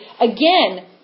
again